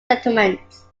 settlements